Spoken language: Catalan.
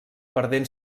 perdent